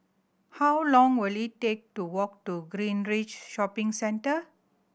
how long will it take to walk to Greenridge Shopping Centre